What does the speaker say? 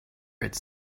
its